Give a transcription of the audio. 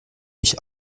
mich